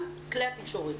גם כלי התקשורת,